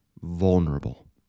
vulnerable